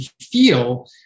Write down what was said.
feel